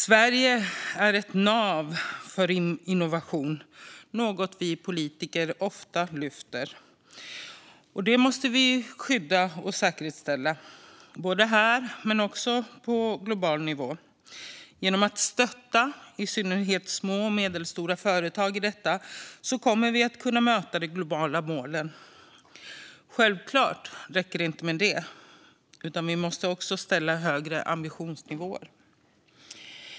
Sverige är ett nav för innovation, vilket vi politiker ofta lyfter fram. Det måste vi skydda och säkerställa, såväl här som på global nivå. Genom att stötta i synnerhet små och medelstora företag i detta kommer vi att kunna möta de globala målen. Men självklart räcker det inte med det. Vi måste också ha högre ambitionsnivåer.